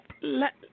let